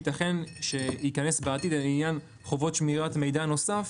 שייתכן שייכנס בעתיד לעניין חובות שמירת מידע נוסף,